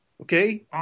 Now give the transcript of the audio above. Okay